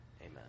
Amen